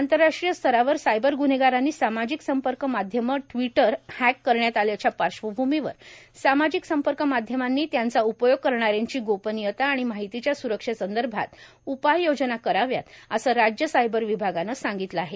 आंतरराष्ट्रीय स्तरावर सायबर गुन्हेगारांनी सामाजिक संपर्क माध्यमं ट्वीटर हॅक करण्यात आल्याच्या पार्श्वभूमीवर सामाजिक संपर्क माध्यमांनी त्यांचा उपयोग करणाऱ्यांची गोपनियता आणि माहितीच्या सुरक्षेसंदर्भात उपाययोजना कराव्यात असं राज्य सायबर विभागानं सांगितलं आहे